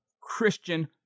Christian